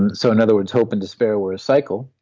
and so in other words, hope and despair were a cycle,